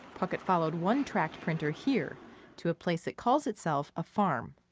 puckett followed one tracked printer here to a place that calls itself a farm.